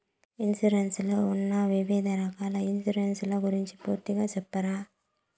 Insurance లో ఉన్న వివిధ రకాల ఇన్సూరెన్సు ల గురించి పూర్తిగా సెప్తారా?